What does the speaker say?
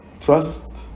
trust